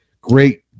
great